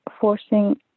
forcing